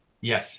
Yes